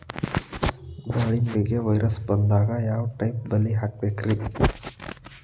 ದಾಳಿಂಬೆಗೆ ವೈರಸ್ ಬರದಂಗ ಯಾವ್ ಟೈಪ್ ಬಲಿ ಹಾಕಬೇಕ್ರಿ?